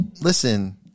Listen